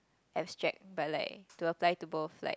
abstract but like to apply to both like